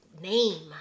name